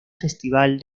festival